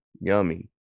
Yummy